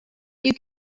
you